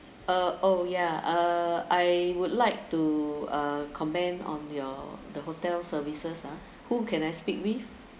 uh oh yeah uh I would like to uh comment on your the hotel services ah who can I speak with